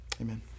amen